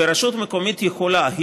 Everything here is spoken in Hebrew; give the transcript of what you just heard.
ורשות מקומית יכולה,